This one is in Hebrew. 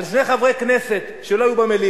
על זה חברי כנסת שלא היו במליאה,